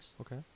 Okay